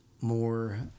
more